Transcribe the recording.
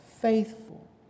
faithful